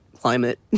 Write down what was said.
climate